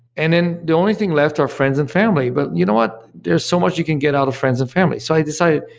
and then the only thing left are friends and family. but you know what? there's so much you can get out of friends and family. so i decided,